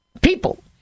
people